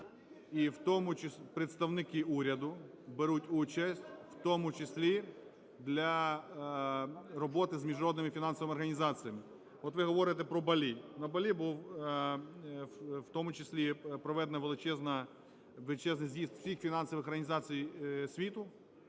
і в тому… представники уряду беруть участь в тому числі для роботи з міжнародними фінансовими організаціями. От ви говорите про Балі. На Балі був в тому числі проведений величезний з'їзд всіх фінансових організацій світу,